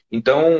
Então